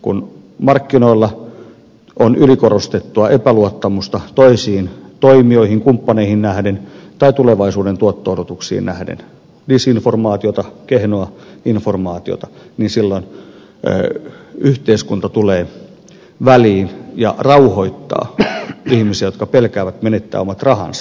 kun markkinoilla on ylikorostettua epäluottamusta toisiin toimijoihin kumppaneihin nähden tai tulevaisuuden tuotto odotuksiin nähden disinformaatiota kehnoa informaatiota niin silloin yhteiskunta tulee väliin ja rauhoittaa ihmisiä jotka pelkäävät menettävänsä omat rahansa